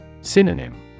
Synonym